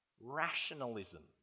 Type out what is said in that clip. rationalism